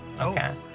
Okay